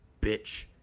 bitch